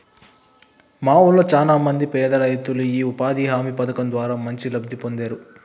మా వూళ్ళో చానా మంది పేదరైతులు యీ ఉపాధి హామీ పథకం ద్వారా మంచి లబ్ధి పొందేరు